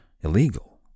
illegal